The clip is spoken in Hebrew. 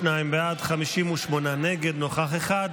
42 בעד, 58 נגד, נוכח אחד.